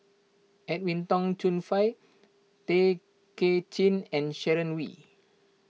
Edwin Tong Chun Fai Tay Kay Chin and Sharon Wee